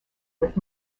with